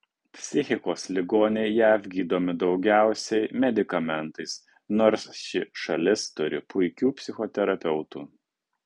psichikos ligoniai jav gydomi daugiausiai medikamentais nors ši šalis turi puikių psichoterapeutų